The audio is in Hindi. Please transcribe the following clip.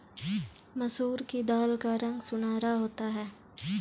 मसूर की दाल का रंग सुनहरा होता है